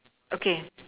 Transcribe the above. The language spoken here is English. okay